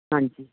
ਹਾਂਜੀ